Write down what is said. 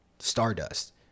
stardust